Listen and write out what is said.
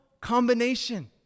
combination